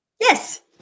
Yes